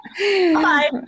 Bye